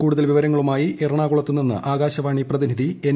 കൂടുതൽ വിവരങ്ങളുമായി എറണ്ടാകുള്ത്ത് നിന്ന് ആകാശവാണി പ്രതിനിധി എൻ